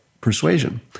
persuasion